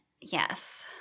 Yes